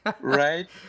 right